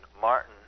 Martin